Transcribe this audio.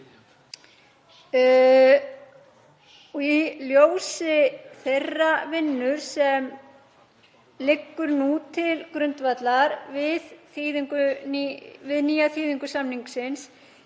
Í ljósi þeirrar vinnu sem liggur til grundvallar við nýja þýðingu samningsins